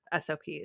SOPs